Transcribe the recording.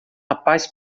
rapaz